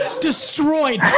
destroyed